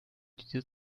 diese